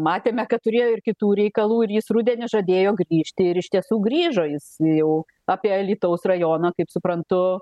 matėme kad turėjo ir kitų reikalų ir jis rudenį žadėjo grįžti ir iš tiesų grįžo jis jau apie alytaus rajoną kaip suprantu